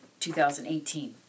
2018